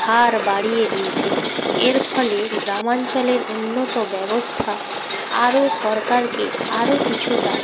ভার বাড়িয়ে দিয়েছে এর ফলে গ্রামাঞ্চলের উন্নত ব্যবস্থা আরও সরকারকে আরও কিছুটা